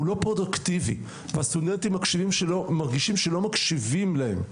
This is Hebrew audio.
הוא לא פרודוקטיבי והסטודנטים מרגישים שלא מקשיבים להם.